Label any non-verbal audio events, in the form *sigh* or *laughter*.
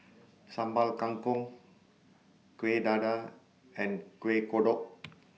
Sambal Kangkong Kuih Dadar and Kuih Kodok *noise*